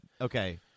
Okay